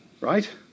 Right